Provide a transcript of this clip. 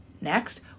Next